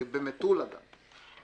ובמטולה גם.